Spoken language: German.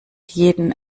jeden